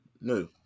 no